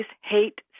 hate